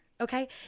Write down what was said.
okay